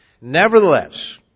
Nevertheless